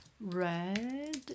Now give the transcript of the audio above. red